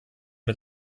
mit